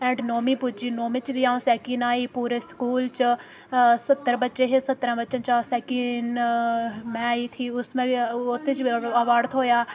and नौवीं पुज्जी नौंवी च बी फ्ही अ'ऊं सैकिंन आई पूरे स्कूल च सत्तर बच्चे हे सत्तरा बच्चे च सैकिन में आई थी उस में ओह्दे च बी अवार्ड थ्होएआ